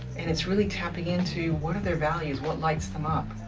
and it's really tapping into, what are their values? what lights them up?